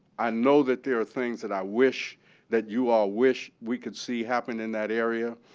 i know that there are things that i wish that you all wish we could see happen in that area.